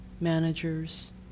managers